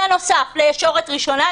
בנוסף לישורת ראשונה,